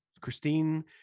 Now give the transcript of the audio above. Christine